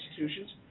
institutions